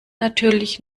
natürlich